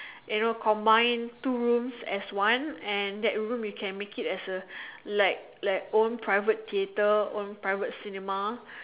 you know combine two rooms as one and that room you can make it as a like like own private theatre own private cinema